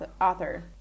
author